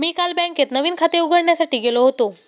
मी काल बँकेत नवीन खाते उघडण्यासाठी गेलो होतो